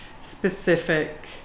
specific